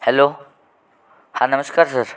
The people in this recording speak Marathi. हॅलो हां नमस्कार सर